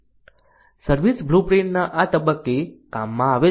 service blueprint આ તબક્કે કામમાં આવે છે